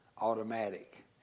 automatic